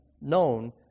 known